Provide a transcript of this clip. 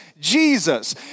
Jesus